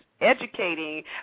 educating